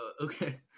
Okay